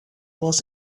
was